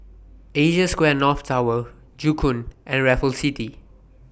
Asia Square North Tower Joo Koon and Raffles City